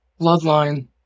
bloodline